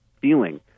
feeling